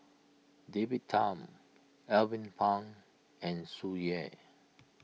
David Tham Alvin Pang and Tsung Yeh